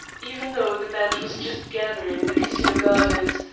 even though the band was just gathering in the casino gardens,